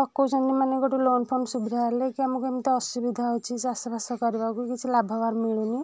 ଡକଉଛନ୍ତି ମାନେ ଗୋଟେ loan phone ସୁବିଧା ହେଲେ କି ଆମୁକୁ ଏମିତ ଅସୁବିଧା ଅଛି ଚାଷ ବାସ କରିବାକୁ କିଛି ଲାଭବାନ ମିଳୁନି